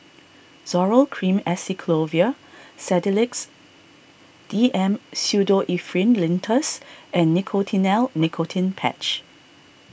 Zoral Cream Acyclovir Sedilix D M Pseudoephrine Linctus and Nicotinell Nicotine Patch